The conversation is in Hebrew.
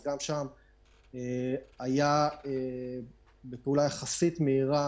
אז גם שם הייתה פעולה יחסית מהירה